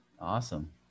Awesome